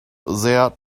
there